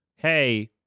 Hey